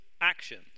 actions